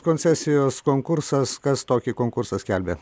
koncesijos konkursas kas tokį konkursą skelbė